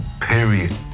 period